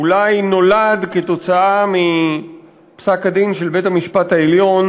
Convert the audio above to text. אולי נולד כתוצאה מפסק-הדין של בית-המשפט העליון